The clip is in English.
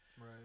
Right